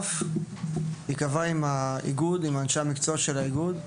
ייקבע עם אנשי המקצוע של האיגוד,